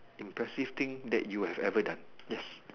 impressive thing that you have ever done yes